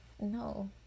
no